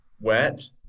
wet